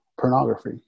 pornography